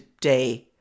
day